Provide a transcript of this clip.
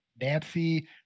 Nancy